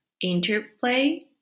interplay